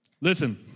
Listen